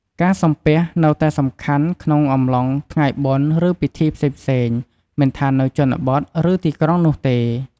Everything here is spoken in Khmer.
ការសំពះ នៅតែសំខាន់ក្នុងអំឡុង ថ្ងៃបុណ្យ ឬពិធីផ្សេងៗ មិនថានៅជនបទ ឬ ទីក្រុងនោះទេ។